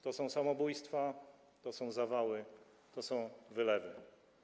To są samobójstwa, to są zawały, to są wylewy.